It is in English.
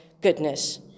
goodness